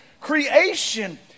creation